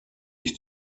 ich